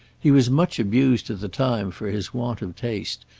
he was much abused at the time for his want of taste,